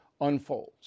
unfolds